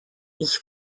ich